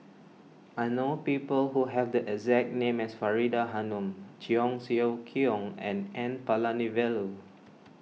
I know people who have the exact name as Faridah Hanum Cheong Siew Keong and N Palanivelu